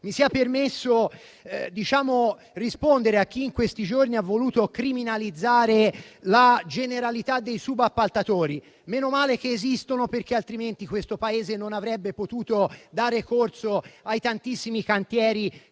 Mi sia permesso rispondere a chi, in questi giorni, ha voluto criminalizzare la generalità dei subappaltatori: meno male che esistono, perché altrimenti questo Paese non avrebbe potuto dare corso ai tantissimi cantieri